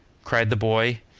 cried the boy.